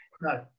No